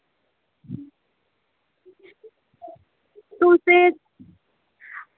तुसें